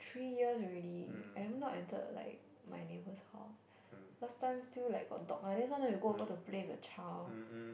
three years already I have not entered like my neighbour's house last time still like got dog ah then sometimes we'll go over to play with her child